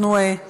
אנחנו, סליחה?